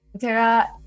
Tara